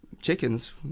Chickens